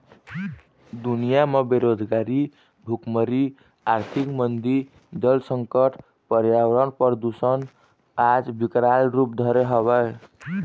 दुनिया म बेरोजगारी, भुखमरी, आरथिक मंदी, जल संकट, परयावरन परदूसन आज बिकराल रुप धरे हवय